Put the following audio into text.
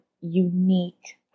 unique